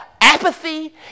apathy